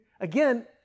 Again